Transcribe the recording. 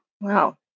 wow